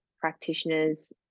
practitioners